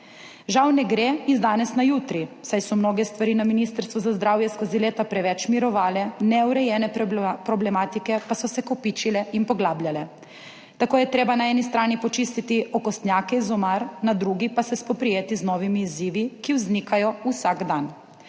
Žal ne gre iz danes na jutri, saj so mnoge stvari na Ministrstvu za zdravje skozi leta preveč mirovale, neurejene problematike pa so se kopičile in poglabljale. Tako je treba na eni strani počistiti okostnjake iz omar, na drugi pa se spoprijeti z novimi izzivi, ki vznikajo vsak dan.